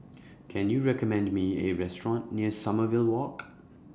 Can YOU recommend Me A Restaurant near Sommerville Walk